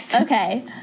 Okay